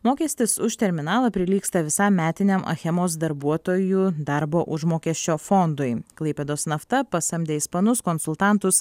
mokestis už terminalą prilygsta visam metiniam achemos darbuotojų darbo užmokesčio fondui klaipėdos nafta pasamdė ispanus konsultantus